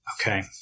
Okay